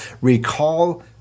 Recall